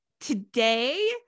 today